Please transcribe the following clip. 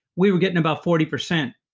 we were getting about forty percent,